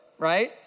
Right